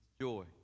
Joy